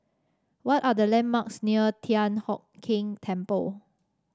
what are the landmarks near Thian Hock Keng Temple